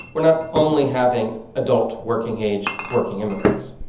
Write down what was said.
we're not only having adult, working-age working immigrants,